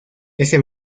ese